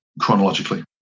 chronologically